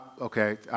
okay